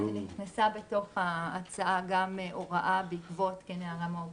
שנכנסה בתוך ההצעה בעקבות דרישה של האופוזיציה,